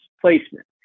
placement